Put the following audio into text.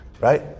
right